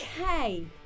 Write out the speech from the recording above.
Okay